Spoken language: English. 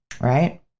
right